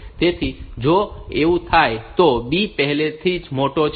તેથી જો એવું થાય તો B પહેલેથી જ મોટો છે